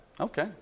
Okay